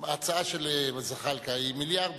ההצעה של זחאלקה היא מיליארדים?